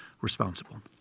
responsible